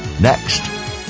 next